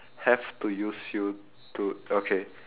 have to use you to okay